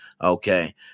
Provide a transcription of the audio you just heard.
Okay